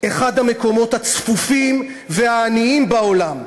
אחד המקומות הצפופים והעניים בעולם.